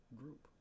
group